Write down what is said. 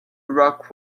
rock